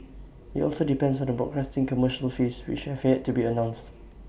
IT also depends on the broadcasting commercial fees which have yet to be announced